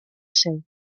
seu